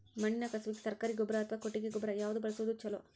ಮಣ್ಣಿನ ಕಸುವಿಗೆ ಸರಕಾರಿ ಗೊಬ್ಬರ ಅಥವಾ ಕೊಟ್ಟಿಗೆ ಗೊಬ್ಬರ ಯಾವ್ದು ಬಳಸುವುದು ಛಲೋ?